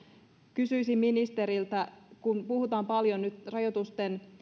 kysyisin ministeriltä kun puhutaan paljon nyt rajoitusten